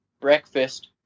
breakfast